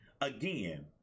again